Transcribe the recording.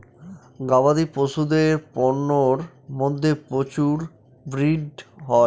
গবাদি পশুদের পন্যের মধ্যে প্রচুর ব্রিড হয়